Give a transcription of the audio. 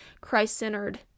Christ-centered